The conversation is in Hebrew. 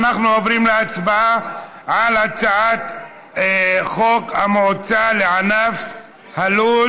אנחנו עוברים להצבעה על הצעת חוק המועצה לענף הלול